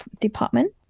department